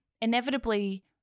inevitably